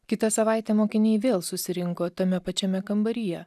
kitą savaitę mokiniai vėl susirinko tame pačiame kambaryje